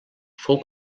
fou